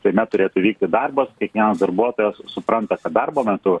seime turėtų vykti darbas kiekvienas darbuotojas supranta kad darbo metu